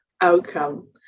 outcome